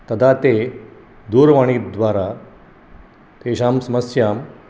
तदा ते दूरवाणीद्वारा तेषां समस्यां